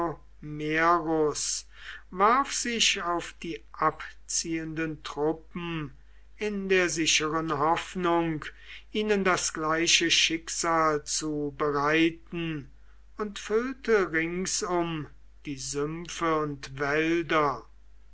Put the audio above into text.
warf sich auf die abziehenden truppen in der sicheren hoffnung ihnen das gleiche schicksal zu bereiten und füllte ringsum die sümpfe und wälder